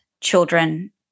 children